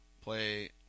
play